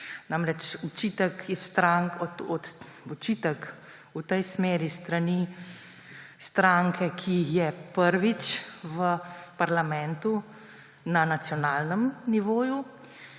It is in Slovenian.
Namreč, očitek v tej smeri s strani stranke, ki je prvič v parlamentu na nacionalnem nivoju,